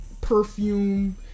perfume